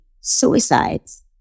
suicides